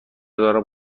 دارم